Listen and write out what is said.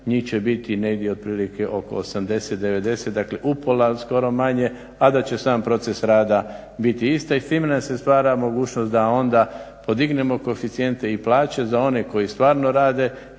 njih će biti negdje otprilike oko 80, 90, dakle upola skoro manje, a da će sam proces rada biti isti i s time nam se stvara mogućnost da onda podignemo koeficijente i plaće za one koji stvarno rade